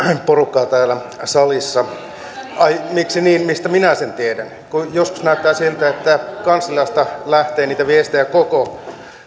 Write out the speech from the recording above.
porukkaa täällä salissa ai miksi niin mistä minä sen tiedän joskus näyttää siltä että kansliasta lähtee niitä viestejä koko